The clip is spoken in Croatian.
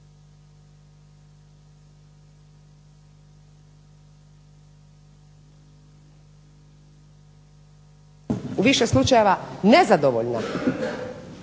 u više slučajeva nezadovoljna,